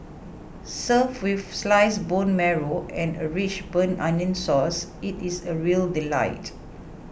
served with sliced bone marrow and a rich burnt onion sauce it is a real delight